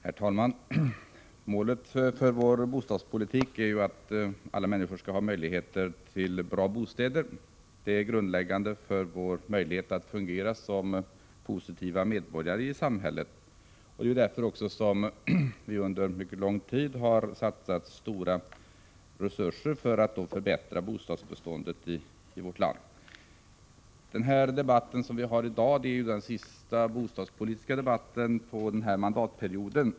Herr talman! Målet för vår bostadspolitik är att alla människor skall ha möjlighet att få en bra bostad. Detta är av grundläggande betydelse för att vi skall kunna fungera som positiva medborgare i samhället. Därför har vi under lång tid satsat stora resurser på att förbättra bostadsbeståndet i vårt land. Debatten i dag är den sista bostadspolitiska debatten under denna mandatperiod.